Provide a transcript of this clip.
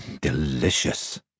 delicious